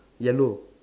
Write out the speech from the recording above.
yellow